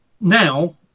now